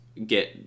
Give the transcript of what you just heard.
get